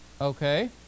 Okay